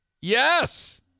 Yes